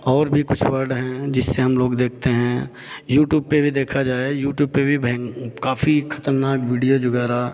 और भी कुछ वर्ड हैं जिससे हम लोग देखते हैं यूट्यूब पे भी देखा जाए यूट्यूब पे भी भयं काफ़ी खतरनाक वीडियोज़ वगैरह